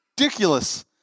ridiculous